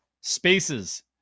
spaces